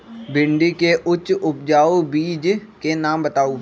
भिंडी के उच्च उपजाऊ बीज के नाम बताऊ?